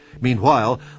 Meanwhile